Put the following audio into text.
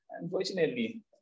unfortunately